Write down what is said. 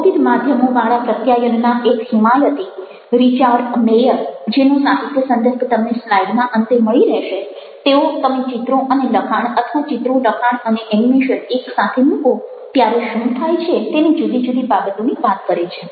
બહુવિધ માધ્યમોવાળા પ્રત્યાયનના એક હિમાયતી રિચાર્ડ મેયર જેનો સાહિત્ય સંદર્ભ તમને સ્લાઈડના અંતે મળી રહેશે તેઓ તમે ચિત્રો અને લખાણ અથવા ચિત્રો લખાણ અને એનિમેશન એકસાથે મૂકો ત્યારે શું થાય છે તેની જુદી જુદી બાબતોની વાત કરે છે